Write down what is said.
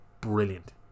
brilliant